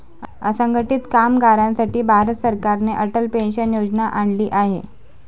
असंघटित कामगारांसाठी भारत सरकारने अटल पेन्शन योजना आणली आहे